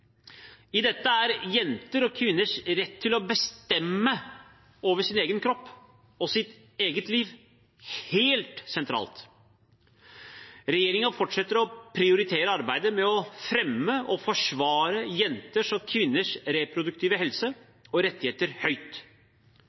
I dette er jenters og kvinners rett til å bestemme over sin egen kropp og sitt eget liv helt sentralt. Regjeringen fortsetter å prioritere arbeidet med å fremme og forsvare jenters og kvinners reproduktive helse og rettigheter høyt.